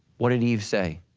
what did eve say?